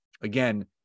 again